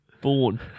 born